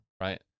right